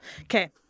okay